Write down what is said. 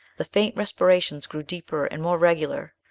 the faint respirations grew deeper and more regular,